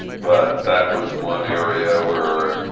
but that was one area where,